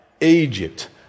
Egypt